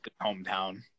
hometown